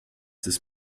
this